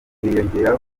hiyongeraho